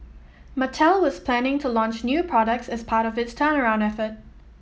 Mattel was planning to launch new products as part of its turnaround effort